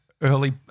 early